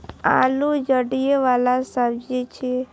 आलू जड़ि बला सब्जी छियै